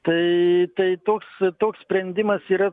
tai tai toks toks sprendimas yra